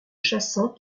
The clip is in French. chassant